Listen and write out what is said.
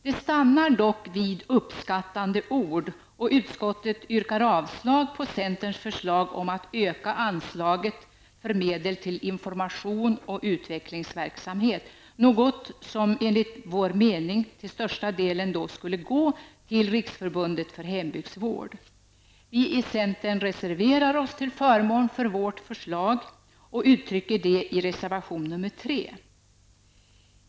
Det stannar dock vid uppskattande ord, och utskottet yrkar avslag på centerns förslag om att öka anslaget för medel till information och utvecklingsverksamhet, något som enligt vår mening till största delen skulle gå till Riksförbundet för hembygdsvård. Vi i centern reserverar oss till förmån för vårt förslag och uttrycker det i reservation nr 3.